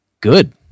good